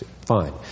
Fine